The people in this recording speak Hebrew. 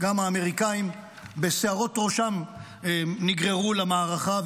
גם האמריקאים בשערות ראשם נגררו למערכה,